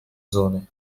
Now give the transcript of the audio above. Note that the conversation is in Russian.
зоны